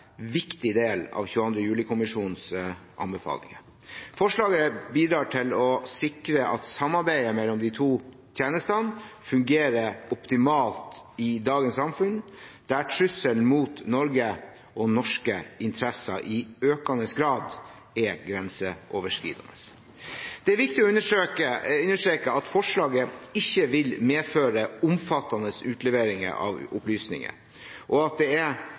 viktig del av 22. juli-kommisjonens anbefalinger. Forslaget bidrar til å sikre at samarbeidet mellom de to tjenestene fungerer optimalt i dagens samfunn, der trusselen mot Norge og norske interesser i økende grad er grenseoverskridende. Det er viktig å understreke at forslaget ikke vil medføre omfattende utleveringer av opplysninger, og at det er